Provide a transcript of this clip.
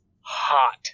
hot